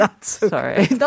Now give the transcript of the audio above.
Sorry